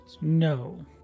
no